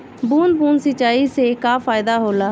बूंद बूंद सिंचाई से का फायदा होला?